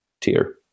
tier